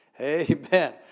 Amen